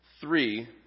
three